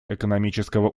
экономического